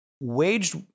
waged